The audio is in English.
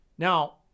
Now